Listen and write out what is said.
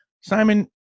Simon